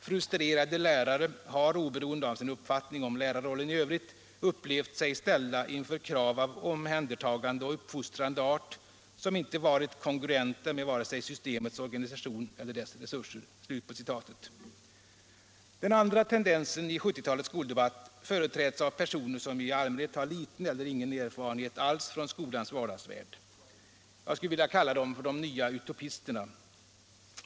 Frustrerade lärare har, oberoende av sin uppfattning om lärarrollen i övrigt, upplevt sig ställda inför krav av omhändertagande och uppfostrande art som inte varit kongruenta med vare sig systemets organisation eller dess resurser.” Den andra tendensen i 1970-talets skoldebatt företräds av personer Allmänpolitisk debatt Allmänpolitisk debatt 120 som i allmänhet har liten eller ingen erfarenhet alls från skolans vardagsvärld. Jag skulle vilja kalla dem för de nya utopisterna.